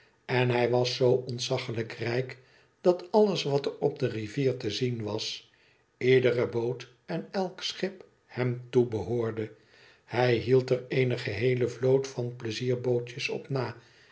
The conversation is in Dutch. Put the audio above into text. en hij was zoo ontzaglijk rijk dat alles wat er op de rivier te zien was iedere boot en elk schip hem toebehoorde hij hield er eene geheele vloot van pleizierbootjes op na